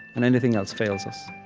and anything else fails us